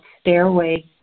Stairway